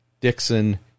Dixon